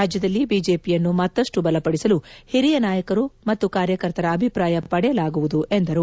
ರಾಜ್ಯದಲ್ಲಿ ಬಿಜೆಪಿಯನ್ನು ಮತ್ತಷ್ಟು ಬಲಪಡಿಸಲು ಹಿರಿಯ ನಾಯಕರು ಮತ್ತು ಕಾರ್ಯಕರ್ತರ ಅಭಿಪ್ರಾಯ ಪಡೆಯಲಾಗುವುದು ಎಂದರು